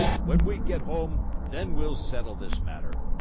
when we get home, then we'll settle this matter!